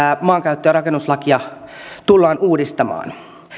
maankäyttö ja rakennuslakia tullaan uudistamaan